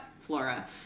flora